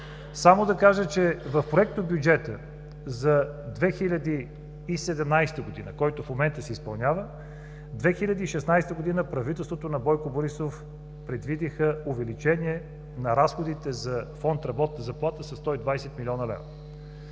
Само да кажа, че в проектобюджета за 2017 г., който в момента се изпълнява, през 2016 г. правителството на Бойко Борисов предвиди увеличение на разходите за Фонд „Работна заплата“ със 120 млн. лв.